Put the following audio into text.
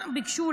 מה ביקשו?